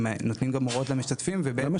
הם נותנים גם הוראות למשתתפים ובעצם --- למה